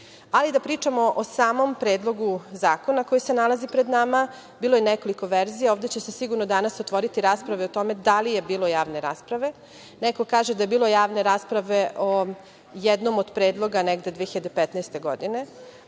Ali, da pričamo o samom Predlogu zakona koji se nalazi pred nama. Bilo je nekoliko verzija. Ovde će se sigurno danas otvoriti rasprava o tome da li je bilo javne rasprave. Neko kaže da je bilo javne rasprave o jednom od predloga, negde 2015. godine,